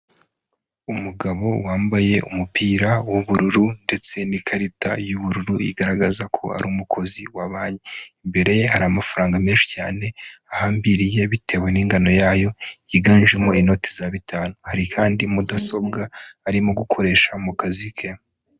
Umugabo wambaye umupira w'ubururu ndetse n'ikarita y'ubururu igaragaza ko ari umukozi wa banki, imbere ye hari amafaranga menshi cyane ahambiriye bitewe n'ingano yayo yiganjemo inoti za bitanu. Hari kandi mudasobwa arimo gukoresha mu kazi ke.